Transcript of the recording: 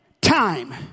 time